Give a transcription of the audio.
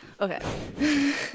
okay